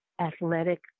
athletic